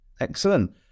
excellent